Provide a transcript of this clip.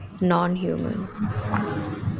non-human